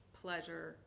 pleasure